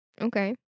okay